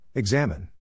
Examine